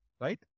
right